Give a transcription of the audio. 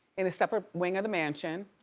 in a separate wing of the mansion.